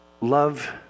love